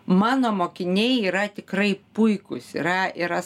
mano mokiniai yra tikrai puikūs yra yra